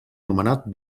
nomenat